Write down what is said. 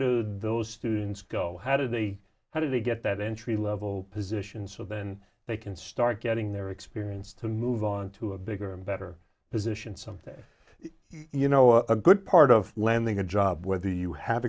to those students go how did they how did they get that entry level position so then they can start getting their experience to move on to a bigger and better position something you know a good part of landing a job whether you have